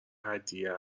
هدیه